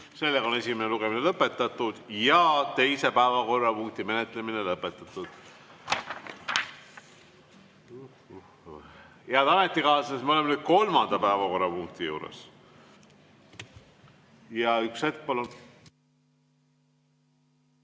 Sellega on esimene lugemine lõpetatud ja teise päevakorrapunkti menetlemine samuti. Head ametikaaslased, me oleme nüüd kolmanda päevakorrapunkti juures. Jaa, üks hetk, palun!